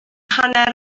hanner